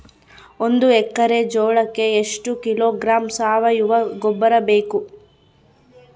ಒಂದು ಎಕ್ಕರೆ ಜೋಳಕ್ಕೆ ಎಷ್ಟು ಕಿಲೋಗ್ರಾಂ ಸಾವಯುವ ಗೊಬ್ಬರ ಬೇಕು?